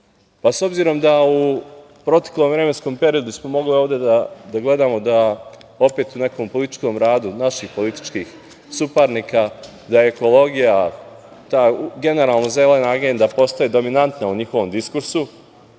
S obzirom da smo u proteklom vremenskom periodu mogli da gledamo u nekom političkom radu naših političkih suparnika da ekologija, ta generalno zelena agenda postaje dominanta u njihovom diskursu,